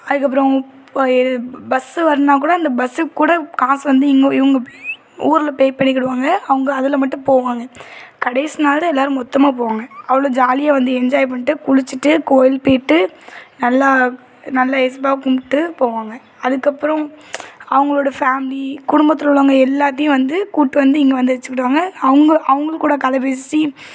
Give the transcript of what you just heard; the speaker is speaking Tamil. அதுக்கப்புறம் ப பஸ்ஸு வருதுன்னா கூட அந்த பஸ்ஸுக்கு கூட காசு வந்து இங்கே இவங்க பே ஊரில் பே பண்ணிக்கிடுவாங்க அவங்க அதில் மட்டும் போவாங்க கடைசி நாள் எல்லாரும் மொத்தமாக போவாங்க அவ்வளோ ஜாலியாக வந்து என்ஜாய் பண்ணிவிட்டு குளிச்சுட்டு கோயில் போயிவிட்டு நல்லா நல்லா ஏசப்பாவை கும்பிட்டு போவாங்க அதுக்கப்புறம் அவங்களோட ஃபேமிலி குடும்பத்தில் உள்ளவங்க எல்லாத்தையும் வந்து கூட்டு வந்து இங்கே வந்து வச்சுக்கிடுவாங்க அவங்க அவங்களுக்கூட கதை பேசி